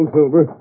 Silver